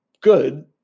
Good